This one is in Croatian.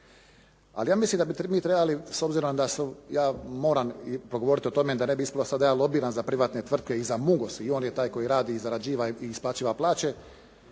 ali ja mislim da bi mi trebali, s obzirom da ja moram progovoriti o tome, da ne bi ispalo sad da ja lobiram za privatne tvrtke i za Mungose i on je taj koji radi i zarađuje i isplaćuje plaće,